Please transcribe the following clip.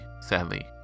sadly